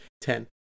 Ten